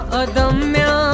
adamya